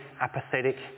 apathetic